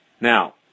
Now